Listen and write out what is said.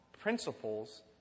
principles